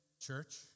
church